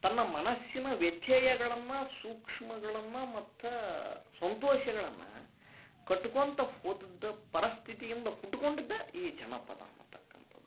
ತನ್ನ ಮನಸ್ಸಿನ ವ್ಯಥೆಗಳನ್ನ ಸೂಕ್ಷ್ಮಗಳನ್ನ ಮತ್ತು ಸಂತೋಷಗಳನ್ನ ಕಟ್ಕೊಂತ ಹೋದುದ್ದ ಪರಿಸ್ಥಿತಿ ಇಂದ ಹುಟ್ಕೊಂಡಿದ್ದ ಈ ಜನಪದ ಅನತಕ್ಕಂಥದ್ದು